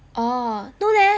orh no leh